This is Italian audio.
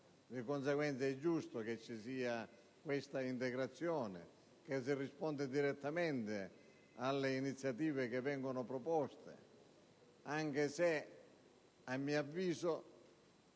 Di conseguenza, è giusto che ci sia questa integrazione e che si risponda direttamente alle iniziative che vengono proposte, anche se, a mio avviso,